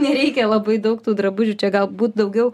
nereikia labai daug tų drabužių čia galbūt daugiau